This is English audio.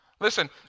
Listen